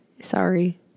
Sorry